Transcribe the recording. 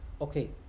okay